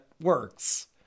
works